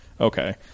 okay